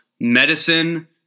medicine